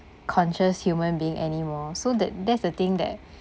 conscious human being anymore so that that's the thing that